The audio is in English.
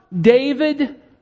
David